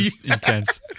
intense